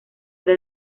del